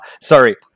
sorry